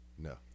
No